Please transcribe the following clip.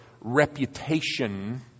reputation